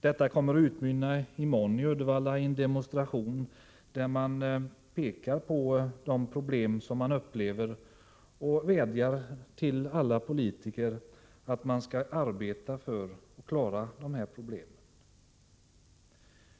I Uddevalla utmynnar oron i morgon i en demonstration, där man pekar på de problem som man upplever och vädjar till alla politiker att arbeta för att klara dessa problem.